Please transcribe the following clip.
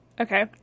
Okay